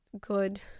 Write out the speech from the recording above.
good